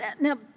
Now